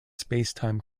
spacetime